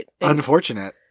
Unfortunate